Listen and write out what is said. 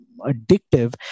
addictive